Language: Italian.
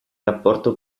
rapporto